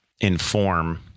inform